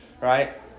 right